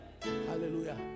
Hallelujah